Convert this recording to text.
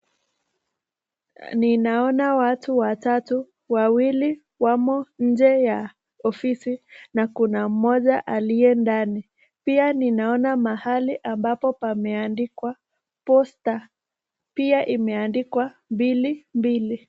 Ninaona watu watatu . Wawili wamo nje ya ofisi na Kuna mmoja aliye ndani . Pia ninaona mahali ambapo pameandikwa Posta . Pia imeandikwa 22.